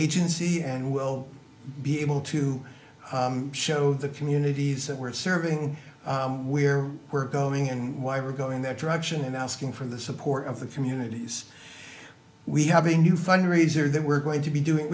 agency and we'll be able to show the community we're serving where we're going and why we're going that direction and asking for the support of the communities we have a new fundraiser that we're going to be doing